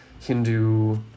Hindu